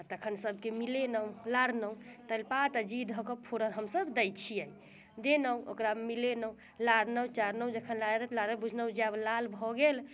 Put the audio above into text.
आ तखन सबके मिलेलहुँ लारलहुँ तैजपात आ जीर धऽ कऽ फोरन हमसब दै छियै देलहुँ ओकरा मिलेलहुँ लारलहुँ चारलहुँ जखन लारैत लारैत बुझलहुँ जे आब लाल भऽ गेल